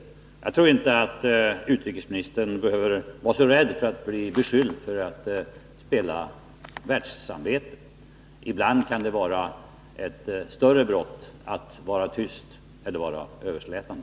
Jag tror inte att utrikesministern behöver vara så rädd för att bli beskylld för att spela rollen av världssamvete. Ibland kan det vara ett större brott att vara tyst eller att vara överslätande.